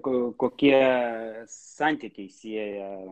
kur kokie santykiai sieja